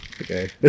Okay